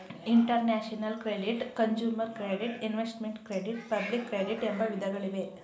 international credit, consumer credit, investment credit public credit ಎಂಬ ವಿಧಗಳಿವೆ